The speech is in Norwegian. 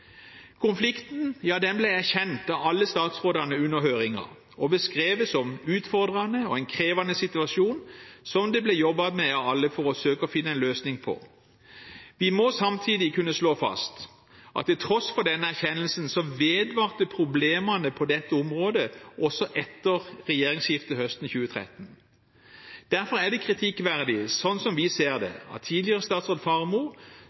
Konflikten ble erkjent av alle statsrådene under høringen og beskrevet som utfordrende og en krevende situasjon som det ble jobbet med av alle for å søke å finne en løsning på. Vi må samtidig kunne slå fast at til tross for den erkjennelsen, så vedvarte problemene på dette området også etter regjeringsskiftet høsten 2013. Derfor er det kritikkverdig, sånn vi ser det, at tidligere statsråd